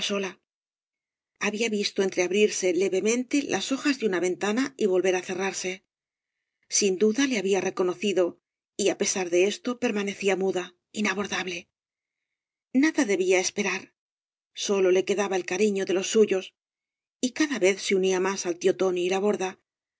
había visto entreabrirse levemente las hojas de una ventana y volver á cerrarse sin duda le había reconocido y á pesar de esto permanecía muda inabordable nada debía esperar sólo le quedaba el cariño de los suyos y cada vez se unía más al tío tóoi y la borda